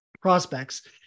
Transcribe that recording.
prospects